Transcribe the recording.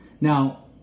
now